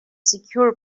secure